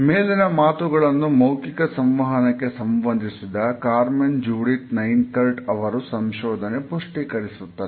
ಮೇಲಿನ ಮಾತುಗಳನ್ನು ಮೌಖಿಕ ಸಂವಹನಕೆ ಸಂಬಂಧಿಸಿದ ಕಾರ್ಮೆನ್ ಜುಡಿತ್ ನೈನ್ ಕರ್ಟ್ ಅವರ ಸಂಶೋಧನೆ ಪುಷ್ಟೀಕರಿಸುತ್ತದೆ